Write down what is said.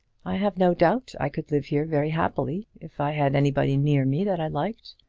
i have no doubt i could live here very happily if i had anybody near me that i liked.